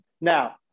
Now